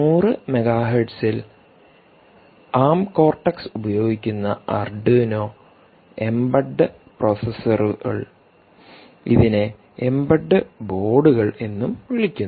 100 megahertz ൽ ARM cortex ഉപയോഗിക്കുന്ന Arduino embed പ്രോസസ്സറുകൾ ഇതിനെ എംബെഡ് ബോർഡുകൾ എന്നും വിളിക്കുന്നു